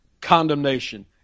condemnation